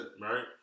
Right